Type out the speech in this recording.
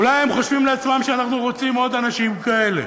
אולי הם חושבים לעצמם שאנחנו רוצים עוד אנשים כאלה?